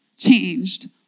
changed